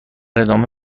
ادامه